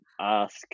ask